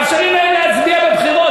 מאפשרים להם להצביע בבחירות.